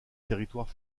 territoire